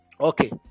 Okay